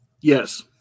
Yes